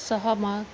सहमत